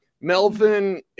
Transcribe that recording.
Melvin